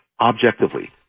objectively